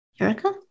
Erica